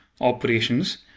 operations